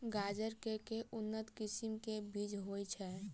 गाजर केँ के उन्नत किसिम केँ बीज होइ छैय?